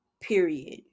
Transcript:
period